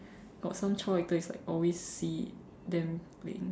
got some child actor is like always see them playing